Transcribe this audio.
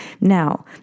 Now